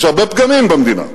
יש הרבה פגמים במדינה,